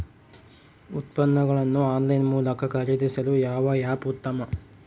ಉತ್ಪನ್ನಗಳನ್ನು ಆನ್ಲೈನ್ ಮೂಲಕ ಖರೇದಿಸಲು ಯಾವ ಆ್ಯಪ್ ಉತ್ತಮ?